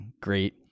great